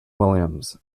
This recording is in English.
williams